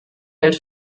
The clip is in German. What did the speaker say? geld